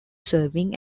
serving